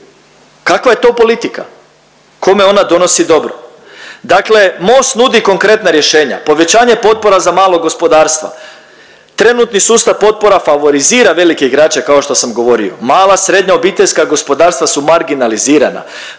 Kakva je to politika? Kome ona donosi dobro? Dakle, Most nudi konkretna rješenja. Povećanje potpora za mala gospodarstva. Trenutni sustav potpora favorizira velike igrače kao što sam govorio. Mala, srednja, obiteljska gospodarstva su marginalizirana.